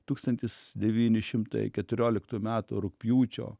tūkstantis devyni šimtai keturioliktųjų metų rugpjūčio